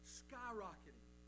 skyrocketing